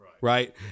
right